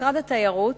משרד התיירות